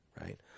right